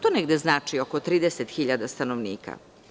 To negde znači oko 30.000 stanovnika.